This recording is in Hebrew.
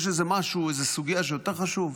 יש איזה משהו, איזו סוגיה, שיותר חשובה?